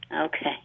Okay